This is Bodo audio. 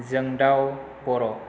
जोंदाव बर'